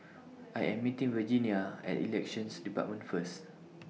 I Am meeting Virginia At Elections department First